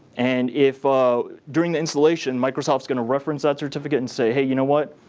and if during the installation, microsoft is going to reference that certificate and say, hey, you know what,